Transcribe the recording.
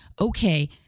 okay